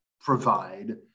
provide